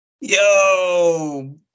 Yo